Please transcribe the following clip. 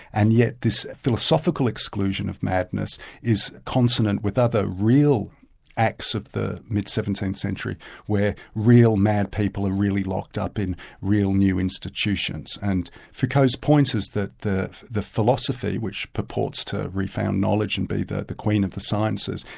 and yet this philosophical exclusion of madness is consonant with other real acts of the mid seventeenth century where real mad people are really locked up in real new institutions. and foucault's point is that the the philosophy, which purports to re-found knowledge and be the the queen of the sciences,